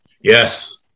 Yes